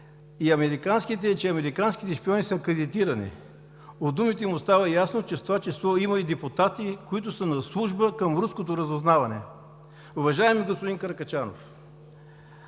и американските е, че американските шпиони са акредитирани“. От думите му става ясно, че в това число има и депутати, които са на служба към руското разузнаване. Уважаеми господин Каракачанов,